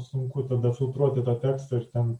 sunku tada filtruoti tą tekstą ir ten